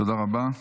תודה רבה.